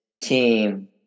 team